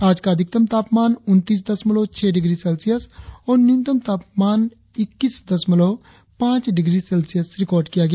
आज का अधिकतम तापमान उनतीस दशमलव छह डिग्री सेल्सियस और न्यूनतम तापमान इक्कीस दशमलव पांच डिग्री सेल्सियस रिकार्ड किया गया